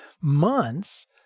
months